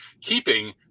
keeping